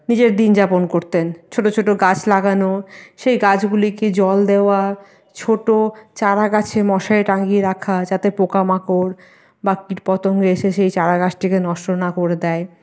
নিজের দিন যাপন করতেন ছোটো ছোটো গাছ লাগানো সেই গাছগুলিকে জল দেওয়া ছোটো চারা গাছে মশারি টাঙিয়ে রাখা যাতে পোকামাকড় বা কীটপতঙ্গ এসে সেই চারা গাছটিকে নষ্ট না করে দেয়